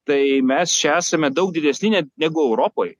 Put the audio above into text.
tai mes čia esame daug didesni net negu europoj